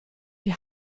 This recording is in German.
die